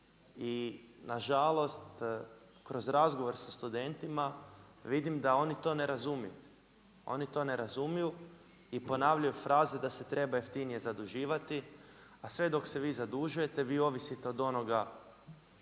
i na žalost kroz razgovor sa studentima vidim da oni to ne razumiju. Oni to ne razumiju i ponavljaju fraze da se treba jeftinije zaduživati. A sve dok se vi zadužujete vi ovisite od onoga